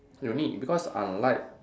unique because unlike